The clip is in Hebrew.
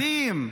ילדים.